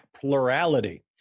plurality